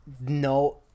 No